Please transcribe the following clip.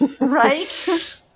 Right